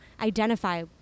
identify